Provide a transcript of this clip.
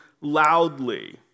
loudly